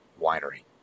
winery